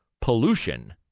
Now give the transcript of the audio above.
pollution